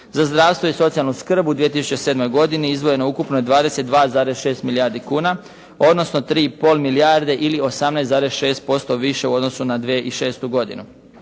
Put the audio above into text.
Za zdravstvo i socijalnu skrb u 2007. godini izdvojeno je ukupno 22,6 milijardi kuna odnosno 3 i pol milijarde ili 18,6% više u odnosu na 2006. godinu.